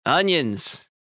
Onions